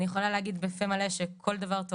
אני יכולה להגיד בפה מלא שכל דבר טוב